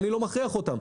אני לא מכריח אותם.